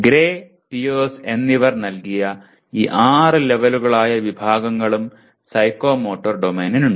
grey Pierce എന്നിവർ നൽകിയ ഈ ആറ് ലെവലുകളായ വിഭാഗങ്ങളും സൈക്കോമോട്ടർ ഡൊമെയ്നിനുണ്ട്